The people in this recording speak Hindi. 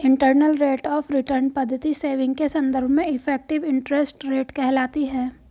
इंटरनल रेट आफ रिटर्न पद्धति सेविंग के संदर्भ में इफेक्टिव इंटरेस्ट रेट कहलाती है